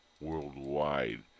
worldwide